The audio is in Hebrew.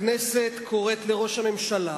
הכנסת קוראת לראש הממשלה